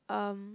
um